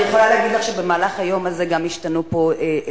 אני יכולה להגיד לך שבמהלך היום הזה גם השתנו סדרים.